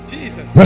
Jesus